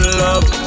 love